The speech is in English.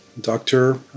doctor